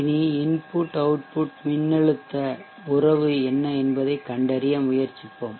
இனி input output மின்னழுத்த உறவு என்ன என்பதைக் கண்டறிய முயற்சிப்போம்